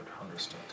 Understood